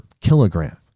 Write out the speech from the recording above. kilogram